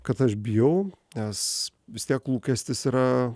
kad aš bijau nes vis tiek lūkestis yra